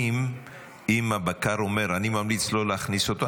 אם הבקר אומר: אני ממליץ לא להכניס אותו,